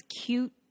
cute